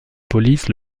police